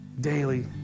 daily